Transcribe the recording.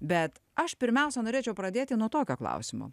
bet aš pirmiausia norėčiau pradėti nuo tokio klausimo